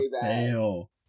fail